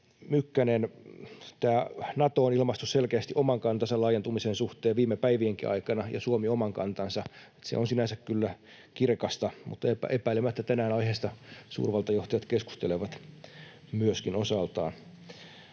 Mykkänen, Nato on ilmaissut selkeästi oman kantansa laajentumisen suhteen viime päivienkin aikana ja Suomi oman kantansa. Se on sinänsä kyllä kirkasta, mutta epäilemättä tänään aiheesta myöskin suurvaltajohtajat keskustelevat osaltaan.